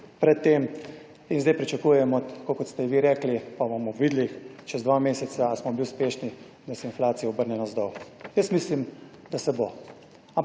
pred tem in sedaj pričakujemo, tako kot ste vi rekli, pa bomo videli čez dva meseca smo bili uspešni, da se inflacija obrne navzdol. Jaz mislim, da se bo,